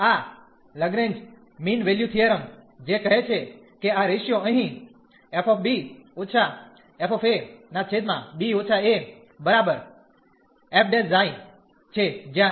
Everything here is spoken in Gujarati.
આ લગ્રેંજ મીન વેલ્યુ થીયરમ જે કહે છે કે આ રેશીયો અહીં છે જ્યાં